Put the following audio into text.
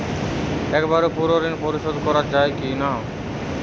একবারে পুরো ঋণ পরিশোধ করা যায় কি না?